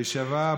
הישיבה